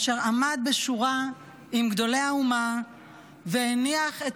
אשר עמד בשורה עם גדולי האומה והניח את